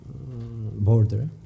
border